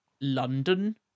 London